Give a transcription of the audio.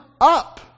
up